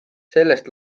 sellest